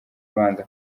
ubanza